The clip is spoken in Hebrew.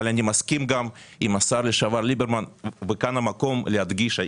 אני מסכים עם השר לשעבר ליברמן שאמר שבלי